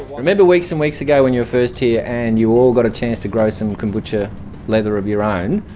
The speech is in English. remember weeks and weeks ago when you were first here and you all got a chance to grow some kombucha leather of your own,